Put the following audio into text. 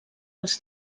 els